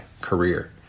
career